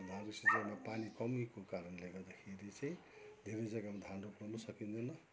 धानको सिँचाईमा पानी कमीको कारणले गर्दाखेरि चाहिँ धेरै जग्गामा धान रोप्नु पनि सकिँदैन